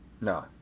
No